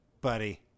Buddy